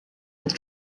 with